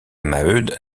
maheude